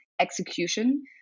execution